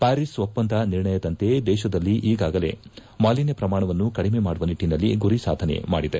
Paris ಒಪ್ಪಂದ ನಿರ್ಣಯದಂತೆ ದೇಶದಲ್ಲಿ ಈಗಾಗಲೇ ಮಾಲಿನ್ಯ ಪ್ರಮಾಣವನ್ನು ಕಡಿಮೆ ಮಾಡುವ ನಿಟ್ಟನಲ್ಲಿ ಗುರಿ ಸಾಧನೆ ಮಾಡಿದೆ